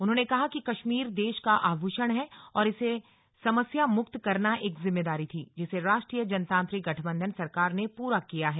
उन्होंने कहा कि कश्मीर देश का आभूषण है और इसे समस्या मुक्त करना एक जिम्मेदारी थी जिसे राष्ट्रीय जनतांत्रिक गठबंधन सरकार ने पूरा किया है